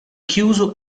chiuso